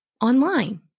online